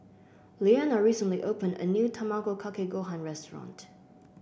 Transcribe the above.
Leanna recently opened a new Tamago Kake Gohan restaurant